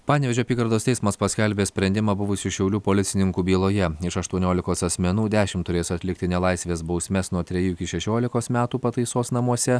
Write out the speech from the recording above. panevėžio apygardos teismas paskelbė sprendimą buvusių šiaulių policininkų byloje iš aštuoniolikos asmenų dešim turės atlikti nelaisvės bausmes nuo trejų iki šešiolikos metų pataisos namuose